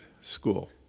school